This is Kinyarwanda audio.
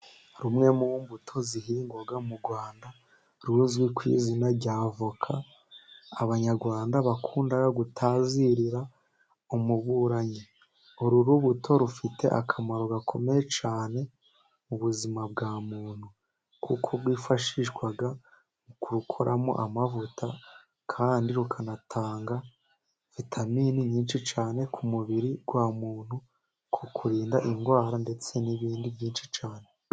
Rumwe mu mbuto zihingwa mu rwanda ruzwi ku izina rya avoka, abanyarwanda bakunda kutazirira umuburanyi uru rubuto rufite akamaro gakomeye cyane mu buzima bwa muntu, kuko rwifashishwa mu kurukoramo amavuta kandi rukanatanga vitamini nyinshi cyane ku mubiri wu munt kukurinda indwara, ndetse n'ibindi byinshi cyane.